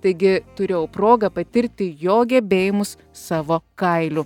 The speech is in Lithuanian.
taigi turėjau progą patirti jo gebėjimus savo kailiu